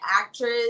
actress